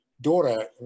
daughter